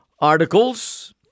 articles